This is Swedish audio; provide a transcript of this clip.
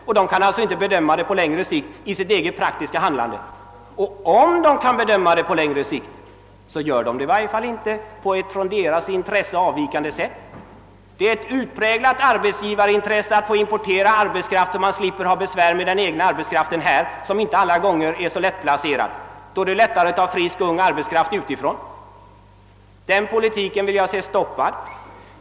Där kan man emellertid inte se längre än så i sitt praktiska handlande — och om de kan bedöma möjligheterna på längre sikt gör de det i varje fall inte på ett i förhållande till sina egna intressen avvikande sätt. Det är ett utpräglat arbetsgivarintresse att få importera arbetskraft, så att man slipper ha besvär med den egna arbetskraften som inte alla gånger är så lättplacerad. Då är det lättare att ta in ung och frisk arbetskraft utifrån. Denna politik vill jag se stoppad.